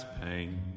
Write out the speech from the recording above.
pain